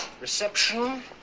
Reception